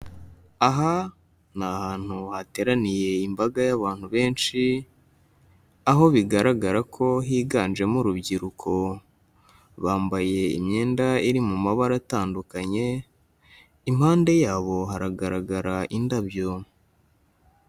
Aha ni ahantu hateraniye imbaga y'abantu benshi, aho bigaragara ko higanjemo urubyiruko, bambaye imyenda iri mu mabara atandukanye, impande yabo haragaragara indabyo.